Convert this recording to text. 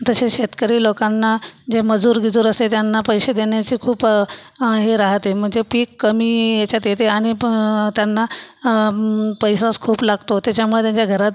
तशे शेतकरी लोकांना जे मजूर बिजूर असे त्यांना पैशे देन्याची खूप हे राहते मंजे पीक कमी याच्यात येते आनि पं त्यांना पैसाच खूप लागतो त्याच्यामुळे त्यांच्या घरात